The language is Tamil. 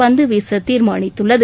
பந்து வீச தீர்மானித்துள்ளது